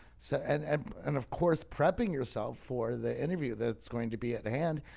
so and, and, and of course, prepping yourself for the interview that's going to be at hand.